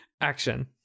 Action